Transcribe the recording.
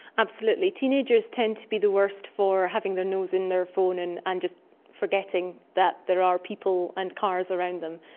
absolutely. teenagers tend to be the worst for having their nose in their phone and and just forgetting that there are people and cars around them,